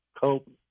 cope